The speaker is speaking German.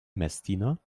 messdiener